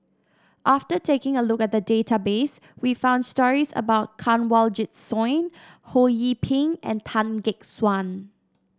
after taking a look at the database we found stories about Kanwaljit Soin Ho Yee Ping and Tan Gek Suan